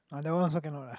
ah that one also cannot lah